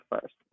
first